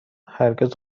هرگز